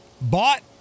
bought